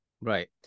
Right